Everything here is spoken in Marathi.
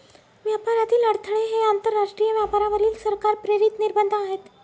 व्यापारातील अडथळे हे आंतरराष्ट्रीय व्यापारावरील सरकार प्रेरित निर्बंध आहेत